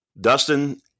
Dustin